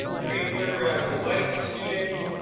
great for dyslexic students.